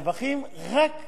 90 יום אחרי הפטירה.